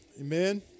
Amen